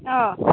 अ